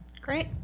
Great